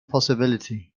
possibility